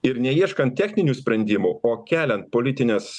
ir neieškant techninių sprendimų o keliant politines